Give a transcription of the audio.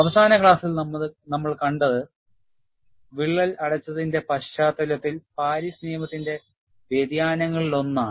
അവസാന ക്ലാസ്സിൽ നമ്മൾ വിള്ളൽ അടച്ചതിന്റെ പശ്ചാത്തലത്തിൽ പാരീസ് നിയമത്തിന്റെ വ്യതിയാനങ്ങളിലൊന്നാണ്